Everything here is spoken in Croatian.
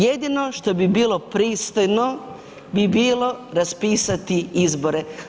Jedino što bi bilo pristojno bi bilo raspisati izbore.